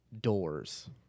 doors